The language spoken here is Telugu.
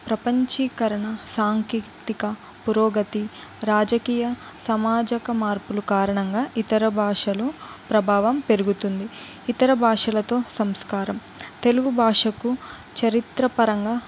ప్రపంచీకరణ సాంకేతిక పురోగతి రాజకీయ సామాజిక మార్పులు కారణంగా ఇతర భాషలో ప్రభావం పెరుగుతుంది ఇతర భాషలతో సంస్కారం తెలుగు భాషకు చరిత్రపరంగా